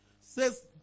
Says